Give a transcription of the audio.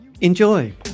Enjoy